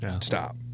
stop